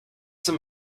some